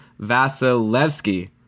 Vasilevsky